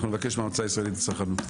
אנחנו נבקש מהמועצה הישראלית לצרכנות.